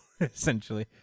essentially